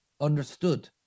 understood